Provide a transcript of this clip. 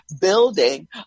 building